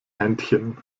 händchen